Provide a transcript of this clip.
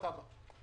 אורי אילן,